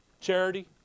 Charity